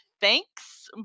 thanks